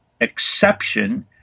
exception